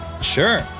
Sure